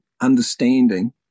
understanding